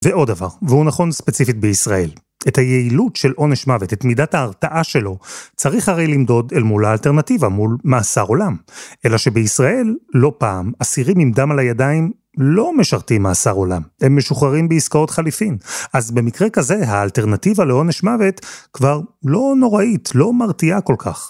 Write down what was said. ועוד דבר, והוא נכון ספציפית בישראל. את היעילות של עונש מוות, את מידת ההרתעה שלו, צריך הרי למדוד אל מול האלטרנטיבה, מול מאסר עולם. אלא שבישראל, לא פעם, אסירים עם דם על הידיים לא משרתים מאסר עולם. הם משוחררים בעסקאות חליפין. אז במקרה כזה, האלטרנטיבה לעונש מוות כבר לא נוראית, לא מרתיעה כל כך.